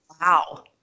wow